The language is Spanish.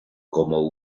como